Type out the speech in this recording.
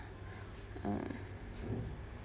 mm )